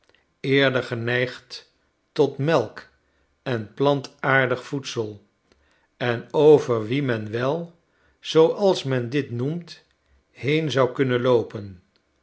eerder geneigd tot melk en plantaardig voedsel en over wie men wel zooals men dit noemt heen zou kunnen loopen